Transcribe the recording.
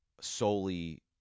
solely